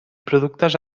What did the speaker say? productes